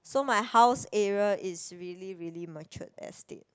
so my house area is really really matured estate